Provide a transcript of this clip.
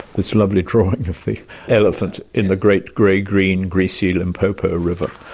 this lovely drawing of the elephant in the great grey-green greasy limpopo river,